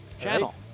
Channel